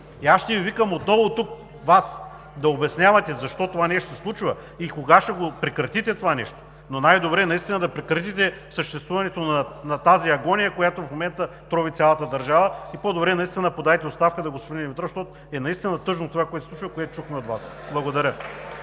И ще Ви викам отново тук да обяснявате защо това нещо се случва и кога ще го прекратите. Но най-добре наистина да прекратите съществуването на тази агония, която в момента трови цялата държава. По-добре подайте оставка, господин Димитров, защото е тъжно това, което се случва – което чухме от Вас. Благодаря